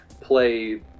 play